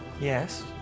Yes